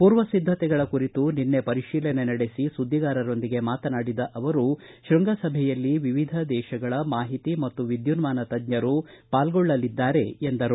ಪೂರ್ವಸಿದ್ದತೆಗಳ ಕುರಿತು ನಿನ್ನೆ ಪರಿತೀಲನೆ ನಡೆಸಿ ಸುದ್ದಿಗಾರರೊಂದಿಗೆ ಮಾತನಾಡಿ ಶೃಂಗಸಭೆಯಲ್ಲಿ ವಿವಿಧ ದೇಶಗಳ ಮಾಹಿತಿ ಮತ್ತು ವಿದ್ಯುನ್ಮಾನ ತಜ್ಞರು ಪಾಲ್ಗೊಳ್ಳಲಿದ್ದಾರೆ ಎಂದರು